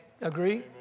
agree